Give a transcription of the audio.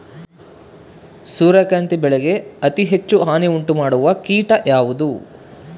ಸೂರ್ಯಕಾಂತಿ ಬೆಳೆಗೆ ಅತೇ ಹೆಚ್ಚು ಹಾನಿ ಉಂಟು ಮಾಡುವ ಕೇಟ ಯಾವುದು?